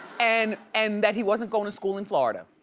and and that he wasn't going to school in florida.